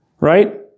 Right